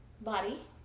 body